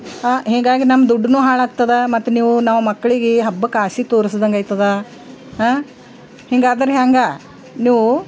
ಹಾಂ ಹೀಗಾಗಿ ನಮ್ಮ ದುಡ್ಡು ಹಾಳಾಗ್ತದ ಮತ್ತು ನೀವು ನಾವು ಮಕ್ಳಿಗೆ ಹಬ್ಬಕ್ಕೆ ಆಸೆ ತೋರಿಸಿದಂಗಾಯ್ತದ ಹಾಂ ಹಿಂಗಾದ್ರೆ ಹ್ಯಾಂಗ ನೀವು